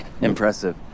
impressive